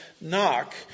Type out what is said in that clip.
knock